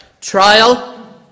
Trial